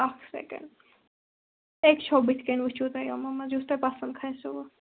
اکھ سیکنڈ ییٚکے چھو بٕتھہ کَنہِ وٕچھو تُہۍ یِمو منز یُس تۄہہ پسند کھَسوٕ